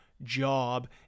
job